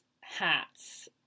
hats